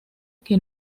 que